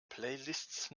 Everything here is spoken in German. playlists